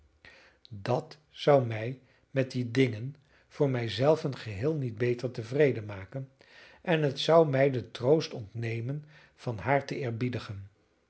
dat zou mij met die dingen voor mij zelven geheel niet beter tevreden maken en het zou mij den troost ontnemen van haar te eerbiedigen